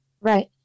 Right